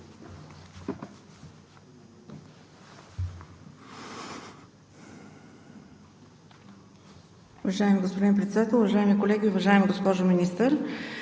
Уважаеми господин Председател, уважаеми колеги! Уважаема госпожо Министър,